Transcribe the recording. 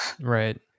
Right